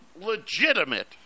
legitimate